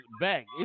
Back